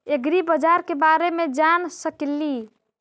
ऐग्रिबाजार के बारे मे जान सकेली?